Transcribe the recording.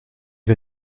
vas